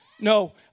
No